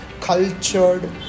cultured